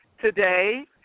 today